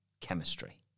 Chemistry